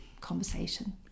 conversation